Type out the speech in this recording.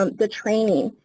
um the training,